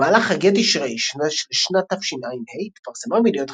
במהלך חגי תשרי של שנת תשע"ה התפרסמה בידיעות